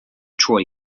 troy